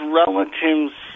relatives